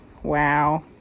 Wow